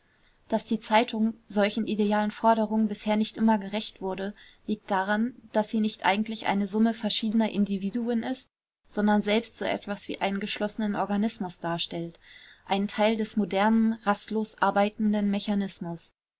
daß die zeitung solchen idealen forderungen bisher nicht immer gerecht wurde liegt daran daß sie nicht eigentlich eine summe verschiedener individuen ist sondern selbst so etwas wie einen geschlossenen organismus darstellt einen teil des modernen rastlos arbeitenden mechanismus